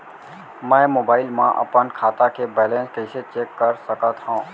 मैं मोबाइल मा अपन खाता के बैलेन्स कइसे चेक कर सकत हव?